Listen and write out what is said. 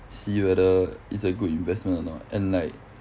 see whether it's a good investment or not and like